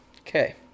okay